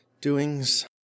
doings